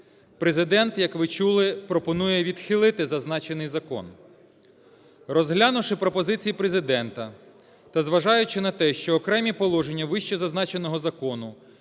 Президент, як ви чули, пропонує відхилити зазначений закон. Розглянувши пропозиції Президента та зважаючи на те, що окремі положення, вище зазначеного закону,